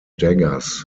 daggers